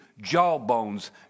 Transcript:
jawbones